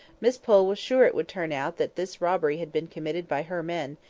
miss pole was sure it would turn out that this robbery had been commited by her men,